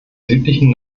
südlichen